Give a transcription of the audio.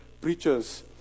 preachers